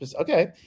Okay